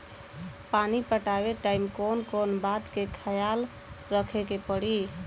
पानी पटावे टाइम कौन कौन बात के ख्याल रखे के पड़ी?